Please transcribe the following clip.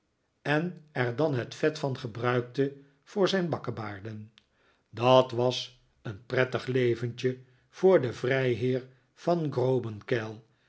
en er dan het vet van gebruikte voor zijn bakkebaarden dat was een prettig leventje voor den tijheer van